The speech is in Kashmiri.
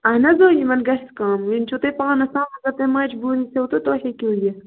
اَہَن حظ یِمَن گژھِ کَم وُنہِ چھُ تۄہہِ پانَس تام اَگر تۄہہِ مجبوٗری چھَو تہٕ تُہۍ ہیٚکِو یِتھ